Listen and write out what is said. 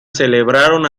celebraron